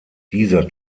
dieser